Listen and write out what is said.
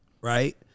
right